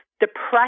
depression